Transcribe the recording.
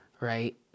right